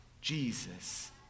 Jesus